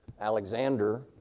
Alexander